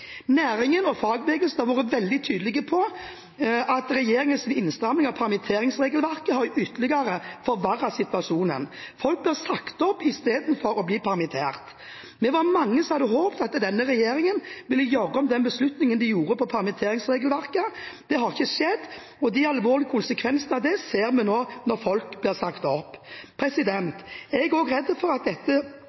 Næringen og fagbevegelsen har vært veldig tydelige på at regjeringens innstramminger i permitteringsregelverket ytterligere har forverret situasjonen. Folk blir sagt opp istedenfor å bli permittert. Vi var mange som hadde håpet at denne regjeringen ville gjøre om den beslutningen de gjorde når det gjaldt permitteringsregelverket. Det har ikke skjedd, og de alvorlige konsekvensene av det ser vi nå, når folk blir sagt opp. Jeg er også redd for at